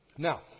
Now